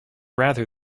rather